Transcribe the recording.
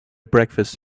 breakfast